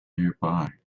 nearby